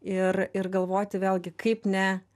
ir ir galvoti vėlgi kaip ne